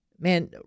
Man